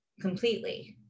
completely